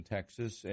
Texas